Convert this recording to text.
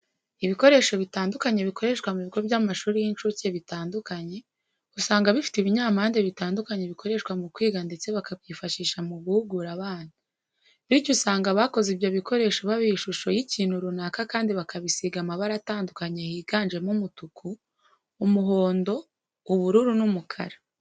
Ibikoresho bitandukanye bikoreshwa mu bigo by'amashuri y'incucye bitandukanye usanga bifite ibinyampande bitandukanye bikoreshwa mu kwiga ndetse bakabyifashisha mu guhugura abana bityo usanga abakoze ibyo bikoresho babiha ishusho y'icyintu runaka kandi bakabisiga amabara atandukanye higanjemo umutuku, umuhondo, ubururu n'umukara.